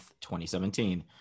2017